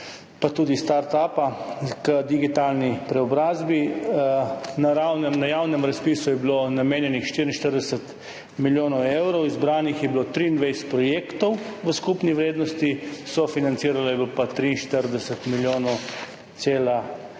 pa tudi startup, k digitalni preobrazbi. Na javnem razpisu je bilo namenjenih 44 milijonov evrov, izbranih je bilo 23 projektov v skupni vrednosti je bilo pa sofinanciranih